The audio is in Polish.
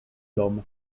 dom